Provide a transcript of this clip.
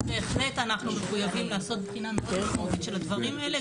לכן בהחלט אנחנו מחויבים לעשות בחינה מאוד משמעותית של הדברים האלה,